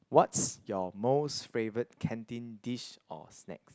what's your most favourite canteen dish or snacks